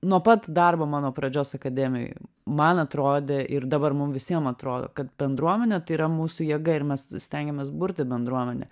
nuo pat darbo mano pradžios akademijoj man atrodė ir dabar mum visiems atrodo kad bendruomenė tai yra mūsų jėga ir mes stengiamės burti bendruomenę